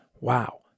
wow